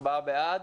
הצבעה בעד,